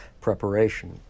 preparation